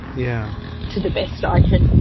yeah to the best i can